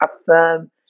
affirm